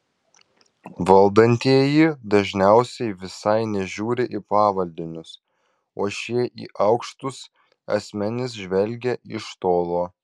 valdantieji dažniausiai visai nežiūri į pavaldinius o šie į aukštus asmenis žvelgia iš tolo